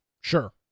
sure